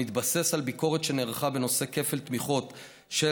המתבסס על ביקורת שנערכה בנושא כפל תמיכות של